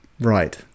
Right